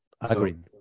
Agreed